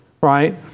right